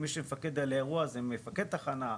מי שמפקד על האירוע זה מפקד תחנה,